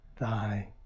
thy